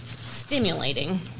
stimulating